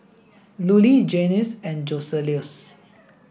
Lulie Janyce and Joseluis